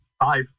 five